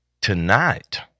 tonight